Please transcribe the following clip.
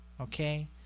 okay